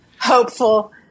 hopeful